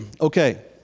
Okay